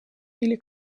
или